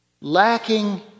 lacking